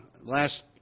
last